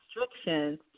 restrictions